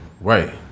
Right